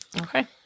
Okay